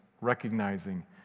recognizing